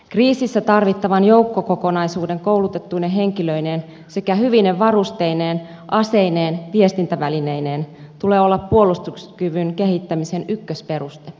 kriisissä tarvittavan joukkokokonaisuuden koulutettuine henkilöineen sekä hyvine varusteineen aseineen ja viestintävälineineen tulee olla puolustuskyvyn kehittämisen ykkösperuste